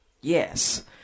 Yes